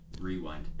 Rewind